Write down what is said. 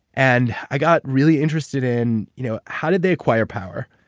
and i got really interested in, you know how did they acquire power?